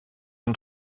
und